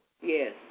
Yes